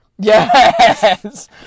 yes